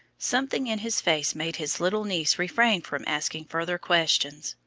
something in his face made his little niece refrain from asking further questions.